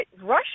Russia